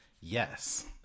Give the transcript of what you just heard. yes